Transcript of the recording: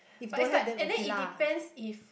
but if like and then it depends if